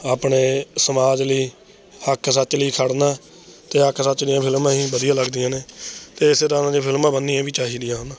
ਆਪਣੇ ਸਮਾਜ ਲਈ ਹੱਕ ਸੱਚ ਲਈ ਖੜ੍ਹਨਾ ਅਤੇ ਹੱਕ ਸੱਚ ਦੀਆਂ ਫਿਲਮਾਂ ਹੀ ਵਧੀਆ ਲੱਗਦੀਆਂ ਨੇ ਅਤੇ ਇਸੇ ਤਰ੍ਹਾਂ ਦੀਆਂ ਫਿਲਮਾਂ ਬਣਨੀਆਂ ਵੀ ਚਾਹੀਦੀਆਂ ਹਨ